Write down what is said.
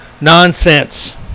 nonsense